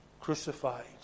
crucified